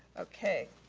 okay,